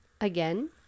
Again